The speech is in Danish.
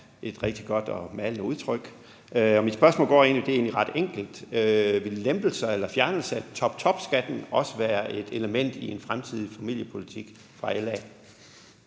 et rigtig godt og malende udtryk – og mit spørgsmål er egentlig ret enkelt: Vil lempelser eller fjernelse af toptopskatten også være et element i en fremtidig familiepolitik fra LA's